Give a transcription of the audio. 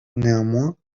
néanmoins